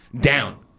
Down